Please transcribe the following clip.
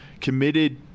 committed